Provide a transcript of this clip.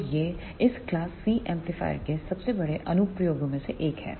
तो यह इस क्लास C एम्पलीफायर के सबसे बड़े अनुप्रयोगों में से एक है